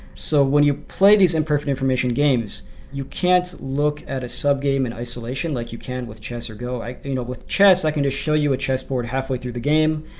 so when you play these imperfect information games you can't look at a sub-game in isolation like you can with chess or go. you know with chess, i can just show you a chessboard halfway through the game,